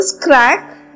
crack